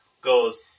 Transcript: goes